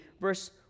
verse